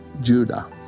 Judah